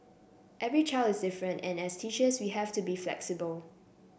every child is different and as teachers we have to be flexible